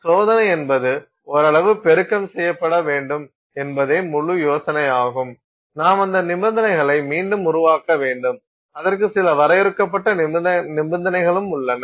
எனவே சோதனை என்பது ஓரளவு பெருக்கம் செய்யப்பட வேண்டும் என்பதே முழு யோசனையாகும் நாம் அந்த நிபந்தனைகளை மீண்டும் உருவாக்க வேண்டும் அதற்கு சில வரையறுக்கப்பட்ட நிபந்தனைகளும் உள்ளன